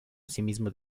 asimismo